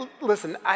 listen